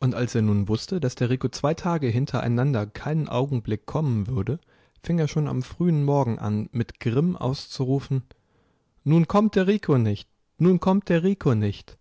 und als er nun wußte daß der rico zwei tage hintereinander keinen augenblick kommen würde fing er schon am frühen morgen an mit grimm auszurufen nun kommt der rico nicht nun kommt der rico nicht